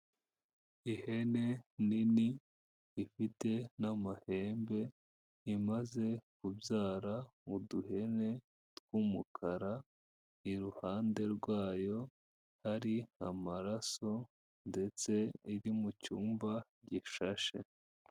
Ihene nini ifite n'amahembe imaze kubyara uduhene tw'umukara, iruhande rwayo hari amaraso ndetse iri mu cyumba gishashe.